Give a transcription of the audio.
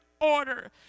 order